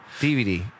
DVD